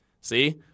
See